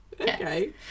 okay